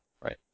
right